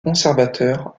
conservateur